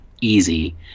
easy